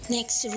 Next